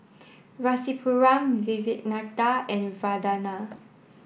Rasipuram Vivekananda and Vandana